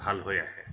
ভাল হৈ আহে